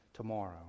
tomorrow